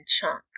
chunk